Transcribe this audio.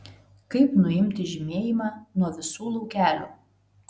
kaip nuimti žymėjimą nuo visų laukelių